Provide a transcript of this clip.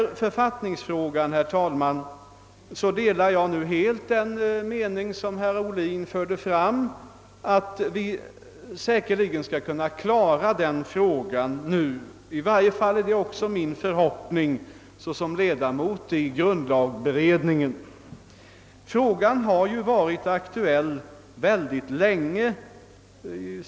I författningsfrågan delar jag helt herr Ohlins uppfattning, att vi bör kunna klara den frågan nu. I varje fall är detta min förhoppning som ledamot av grundlagsberedningen. Frågan har varit aktuell mycket länge.